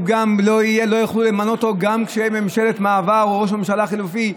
לא יוכלו למנות אותו גם כשתהיה ממשלת מעבר או ראש ממשלה חליפי.